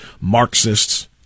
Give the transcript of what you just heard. Marxists